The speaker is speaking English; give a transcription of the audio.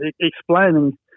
explaining